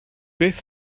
beth